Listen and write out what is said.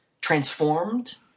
transformed